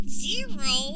Zero